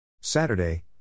Saturday